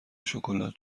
شکلات